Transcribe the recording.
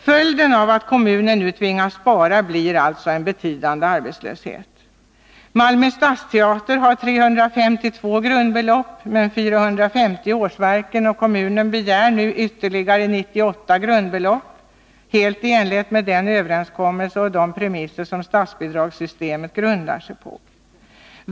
Följden av att kommunen nu tvingas spara blir alltså en betydande arbetslöshet. Malmö Stadsteater har 352 grundbelopp men 450 årsverken, och kommunen begär nu ytterligare 98 grundbelopp, helt i enlighet med den överenskommelse och de premisser som statsbidragssystemet grundar sig på.